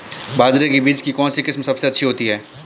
बाजरे के बीज की कौनसी किस्म सबसे अच्छी होती है?